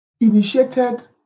initiated